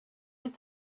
lit